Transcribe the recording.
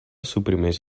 suprimeix